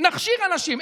נכשיר אנשים,